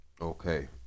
Okay